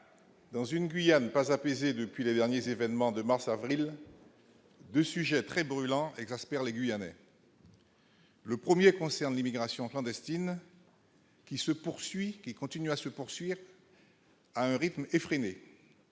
Dans une Guyane pas apaisées depuis les derniers événements de mars/avril 2, sujet très brûlant exaspère les Guyanais. Le 1er concerne l'immigration clandestine. Qui se poursuit, qui continue à se poursuit à un rythme effréné,